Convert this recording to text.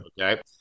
Okay